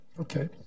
Okay